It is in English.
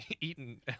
eaten